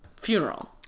funeral